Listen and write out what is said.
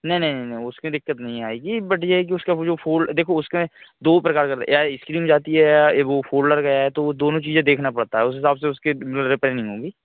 नहीं नहीं नहीं उसकी दिक्कत नहीं आएगी बट यह है कि उसका जो फोल्ड देखो उसमें दो प्रकार का या इस्क्रीन जाती है या ए वह फोल्डर गया है तो वह दोनों चीज़ें देखना पड़ता है उस हिसाब से उसके रिपेरिंग होगी